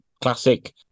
classic